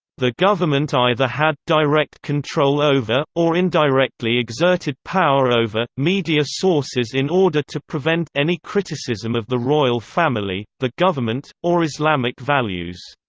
the government either had direct control over, or indirectly exerted power over, media sources in order to prevent any criticism of the royal family, the government, or islamic values.